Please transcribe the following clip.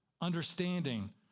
understanding